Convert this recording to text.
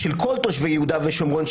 של כל תושבי יהודה ושומרון.